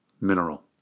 mineral